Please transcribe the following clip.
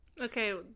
Okay